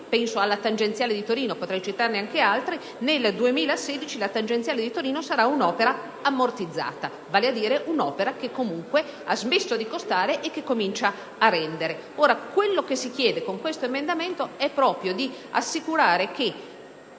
penso alla tangenziale di Torino - ma potrei citare anche altre infrastrutture - che nel 2016 sarà un'opera ammortizzata, vale a dire un'opera che comunque ha smesso di costare e che comincia a rendere. Quello che si chiede con questo emendamento è proprio di assicurare,